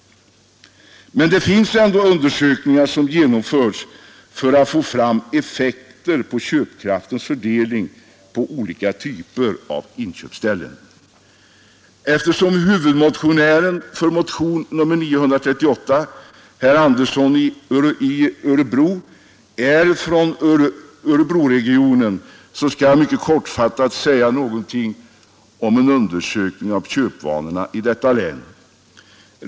Men det finns ändå undersökningar som genomförts för att få fram effekter på köpkraftens fördelning på olika typer av inköpsställen. Eftersom huvudmotionären bakom motionen 938, herr Andersson i Örebro, är från Örebroregionen skall jag mycket kortfattat säga någonting om en undersökning av köpvanorna i detta län.